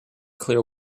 clear